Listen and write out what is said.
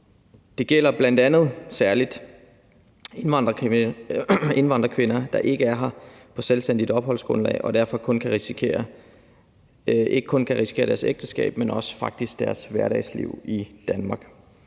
Det gælder bl.a. særlig indvandrerkvinder, der ikke er her på et selvstændigt opholdsgrundlag og derfor ikke kun kan risikere deres ægteskab, men faktisk også deres hverdagsliv i Danmark.